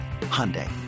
Hyundai